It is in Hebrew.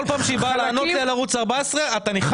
כל פעם שהיא באה לענות לי על ערוץ 14 אתה נכנס.